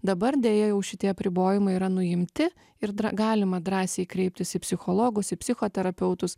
dabar deja jau šitie apribojimai yra nuimti ir dra galima drąsiai kreiptis į psichologus į psichoterapeutus